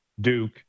Duke